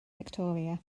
fictoria